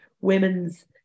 women's